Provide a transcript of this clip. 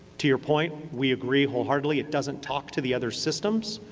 to your point we agree wholeheartedly. it doesn't talk to the other systems.